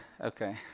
okay